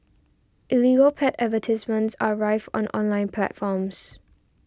illegal pet advertisements are rife on online platforms